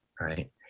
right